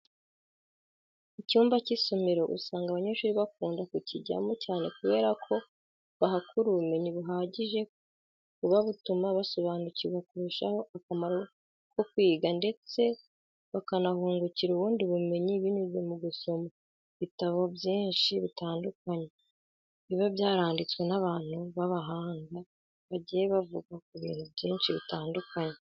Icyumba cy'isomero usanga abanyeshuri bakunda kukijyamo cyane kubera ko bahakura ubumenyi buhagije buba butuma basobanukirwa kurushaho akamaro ko kwiga ndetse bakanahungukira ubundi bumenyi binyuze mu gusoma ibitabo byinshi bitandukanye biba byaranditswe n'abantu b'abahanga bagiye bavuga ku bintu byinshi bitandukanye.